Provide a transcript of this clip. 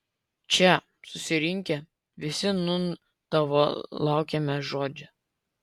čia susirinkę visi nūn tavo laukiame žodžio